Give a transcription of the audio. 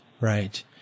right